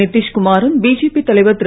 நித்தீஷ்குமாரும் BJP தலைவர் திரு